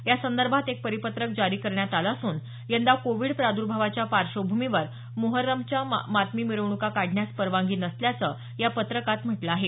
यासंदर्भात एक परिपत्रक जारी करण्यात आलं असून यंदा कोविड प्राद्भावाच्या पार्श्वभूमीवर मुहर्रमच्या मातमी मिरवण्का काढण्यास परवानगी नसल्याचं या पत्रकात म्हटलं आहे